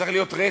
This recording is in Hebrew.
צריך להיות רצף.